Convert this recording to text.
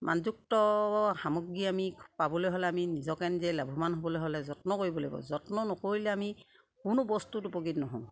মানযুক্ত সামগ্ৰী আমি পাবলৈ হ'লে আমি নিজকে নিজে লাভৱান হ'বলৈ হ'লে যত্ন কৰিব লাগিব যত্ন নকৰিলে আমি কোনো বস্তুত উপকৃত নহওঁ